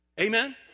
Amen